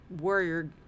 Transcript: warrior